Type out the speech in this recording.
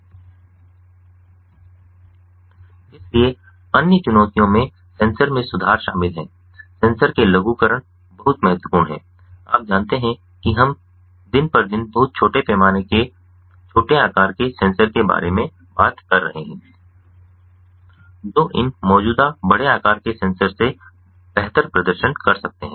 इसलिए अन्य चुनौतियों में सेंसर में सुधार शामिल हैं सेंसर के लघुकरण बहुत महत्वपूर्ण हैं आप जानते हैं कि हम दिन पर दिन बहुत छोटे पैमाने के छोटे आकार के सेंसर के बारे में बात कर रहे हैं जो इन मौजूदा बड़े आकार के सेंसर से बेहतर प्रदर्शन कर सकते हैं